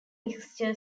mixer